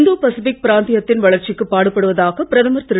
இந்தோ Pacific பிராந்தியத்தின் வளர்ச்சிக்கு பாடுபடுவதாக பிரதமர் திரு